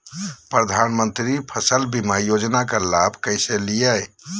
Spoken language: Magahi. प्रधानमंत्री फसल बीमा योजना का लाभ कैसे लिये?